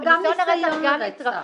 גם ניסיון לרצח.